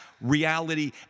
reality